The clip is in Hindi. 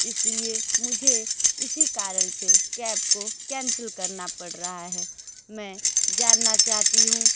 इसलिए मुझे इसी कारण से कैब को कैन्सल करना पड़ रहा है मैं जानना चाहती हूँ